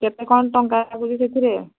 କେତେ କ'ଣ ଟଙ୍କା ଲାଗୁଛି ସେଥିରେ